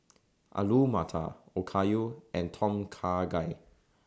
Alu Matar Okayu and Tom Kha Gai